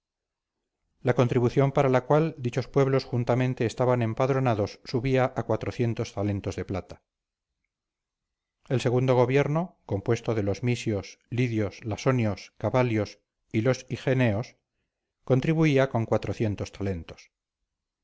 la contribución para la cual dichos pueblos juntamente estaban empadronados subía a talentos de plata el segundo gobierno compuesto de los misios lidios lasonios cabalios y los higeneos contribuía con talentos